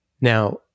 Now